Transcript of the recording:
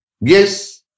Yes